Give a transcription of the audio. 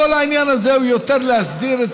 כל העניין הזה הוא יותר להסדיר,